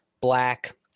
black